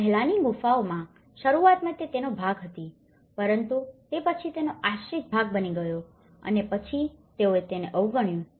પહેલાંની ગુફાઓમાં શરૂઆતમાં તે તેનો ભાગ હતી પરંતુ તે પછી તેનો આશ્રિત ભાગ બની ગયો છે અને પછી તેઓએ તેને અવગણ્યું